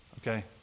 okay